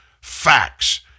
facts